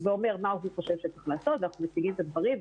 אנחנו מציגים את דעתנו.